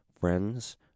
Friends